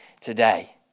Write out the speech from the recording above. today